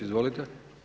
Izvolite.